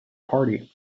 party